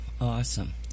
Awesome